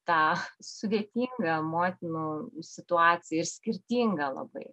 tą sudėtingą motinų situaciją ir skirtingą labai